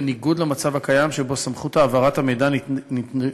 בניגוד למצב הקיים שבו סמכות העברת המידע נתונה